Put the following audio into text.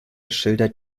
schildert